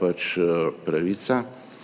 pač pravica